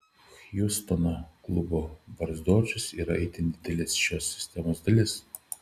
hjustono klubo barzdočius yra itin didelė šios sistemos dalis